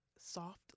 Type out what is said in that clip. soft